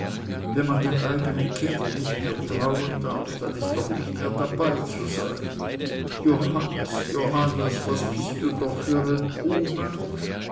wenn man den eigenen kindern nicht mehr trauen darf dann ist doch nicht mehr dabeizusein johannes johannes was bist du doch für ein